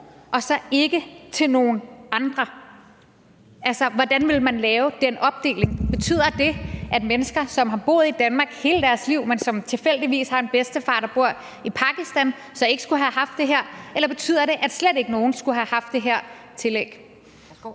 og ikke til nogle andre. Altså, hvordan ville man lave den opdeling? Betyder det, at mennesker, som har boet i Danmark hele deres liv, men som tilfældigvis har en bedstefar, der bor i Pakistan, så ikke skulle have haft det her, eller betyder det, at ingen overhovedet skulle have haft det her tillæg?